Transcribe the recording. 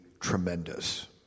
tremendous